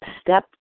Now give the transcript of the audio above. step